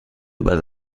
über